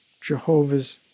Jehovah's